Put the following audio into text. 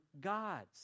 gods